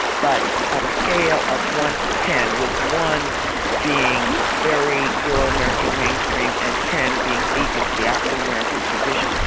but on a scale of one to ten with one being very euro-american mainstream and ten being deep into the african american tradition,